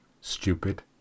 Stupid